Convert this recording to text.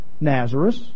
Nazareth